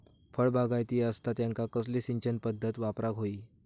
फळबागायती असता त्यांका कसली सिंचन पदधत वापराक होई?